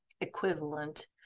equivalent